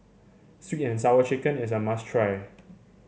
sweet and Sour Chicken is a must try